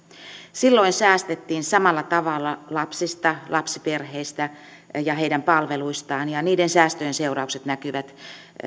silloin säästettiin samalla tavalla lapsista lapsiperheistä ja heidän palveluistaan ja niiden säästöjen seuraukset näkyvät